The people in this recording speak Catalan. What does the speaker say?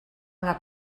una